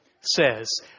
says